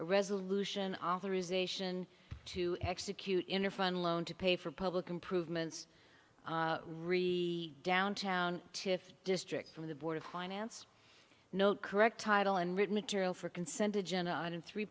resolution authorization to execute in a fun loan to pay for public improvements re downtown tift district from the board of finance no correct title and written material for consent to jenna and three